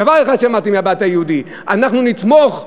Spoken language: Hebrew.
דבר אחד שמעתי מהבית היהודי: אנחנו נתמוך,